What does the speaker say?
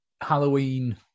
Halloween